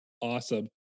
Awesome